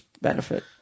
benefit